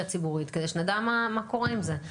הציבורית כדי שנדע מה קורה עם זה בסוף.